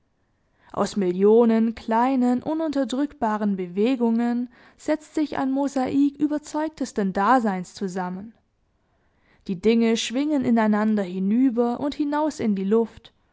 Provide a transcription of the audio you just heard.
aus millionen kleinen ununterdrückbaren bewegungen setzt sich ein mosaik überzeugtesten daseins zusammen die dinge schwingen ineinander hinüber und hinaus in die luft